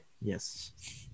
Yes